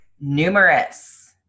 numerous